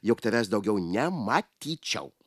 jog tavęs daugiau nematyčiau